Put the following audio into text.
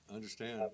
understand